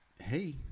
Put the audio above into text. hey